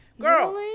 Girl